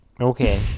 okay